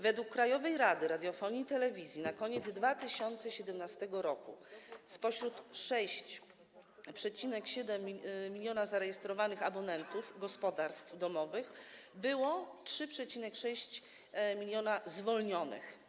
Według Krajowej Rady Radiofonii i Telewizji na koniec 2017 r. wśród 6,7 mln zarejestrowanych abonentów, gospodarstw domowych było 3,6 mln zwolnionych.